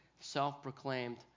self-proclaimed